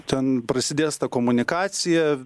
ten prasidės ta komunikacija